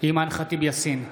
אימאן ח'טיב יאסין,